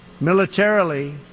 militarily